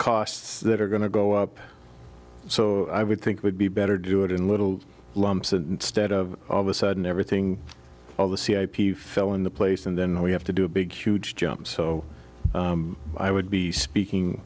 costs that are going to go up so i would think would be better do it in little lumps and stead of all of a sudden everything all the c h p fell into place and then we have to do a big huge jump so i would be speaking